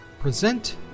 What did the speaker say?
present